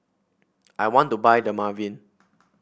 I want to buy Dermaveen